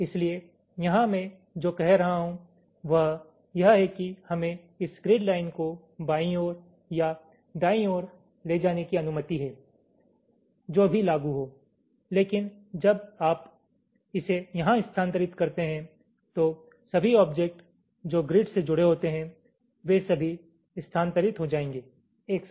इसलिए यहां मैं जो कह रहा हूं वह यह है कि हमें इस ग्रिड लाइन्स को बाईं ओर या दाईं ओर ले जाने की अनुमति है जो भी लागू हो लेकिन जब आप इसे यहां स्थानांतरित करते हैं तो सभी ऑब्जेक्ट जो ग्रिड से जुड़े होते हैं वे सभी स्थानांतरित हो जाएंगे एक साथ